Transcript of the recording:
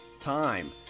time